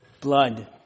blood